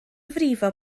frifo